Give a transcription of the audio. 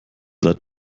seid